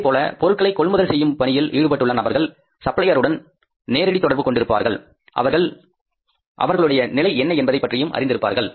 அதேபோல பொருட்களை கொள்முதல் செய்யும் பணியில் ஈடுபட்டுள்ள நபர்கள் சப்ளையர்களுடன் நேரடி தொடர்பு கொண்டிருப்பார்கள் அவர்கள் அவர்களுடைய நிலை என்ன என்பதைப் பற்றியும் அறிந்திருப்பார்கள்